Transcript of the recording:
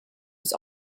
was